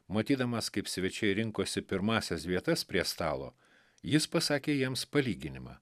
matydamas kaip svečiai rinkosi pirmąsias vietas prie stalo jis pasakė jiems palyginimą